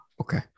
okay